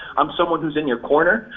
i'm someone who's in your corner,